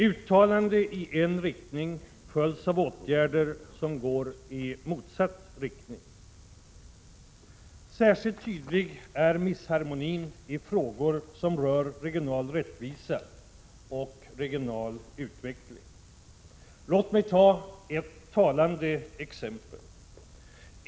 Uttalanden i en riktning följs av åtgärder som går i motsatt 1 riktning. Särskilt tydlig är disharmonin i frågor som rör regional rättvisa och utveckling. Låt mig ta ett talande exempel.